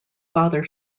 father